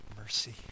mercy